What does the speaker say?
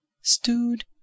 stewed